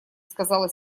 сказала